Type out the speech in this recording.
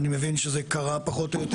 ואני מבין שזה קרה פחות או יותר.